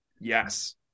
yes